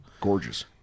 Gorgeous